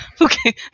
Okay